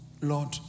Lord